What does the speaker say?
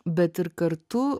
bet ir kartu